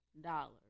dollars